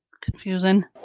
confusing